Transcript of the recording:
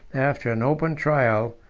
after an open trial,